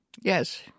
Yes